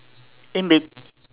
in bet~